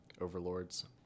overlords